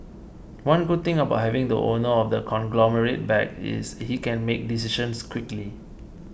one good thing about having the owner of the conglomerate back is he can make decisions quickly